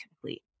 complete